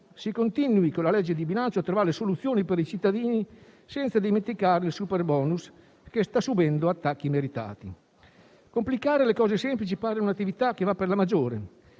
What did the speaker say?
si continui dunque con la legge di bilancio a trovare soluzioni per i cittadini, senza dimenticare il superbonus, che sta subendo attacchi immeritati. Complicare le cose semplici pare un'attività che va per la maggiore,